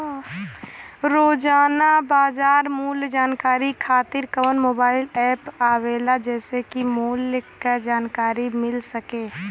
रोजाना बाजार मूल्य जानकारी खातीर कवन मोबाइल ऐप आवेला जेसे के मूल्य क जानकारी मिल सके?